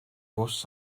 bws